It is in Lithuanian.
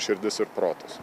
širdis ir protus